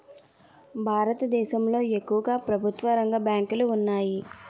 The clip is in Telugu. భారతదేశంలో ఎక్కువుగా ప్రభుత్వరంగ బ్యాంకులు ఉన్నాయి